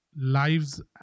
lives